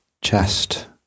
chest